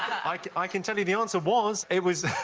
i can i can tell you the answer was. it was.